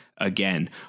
Again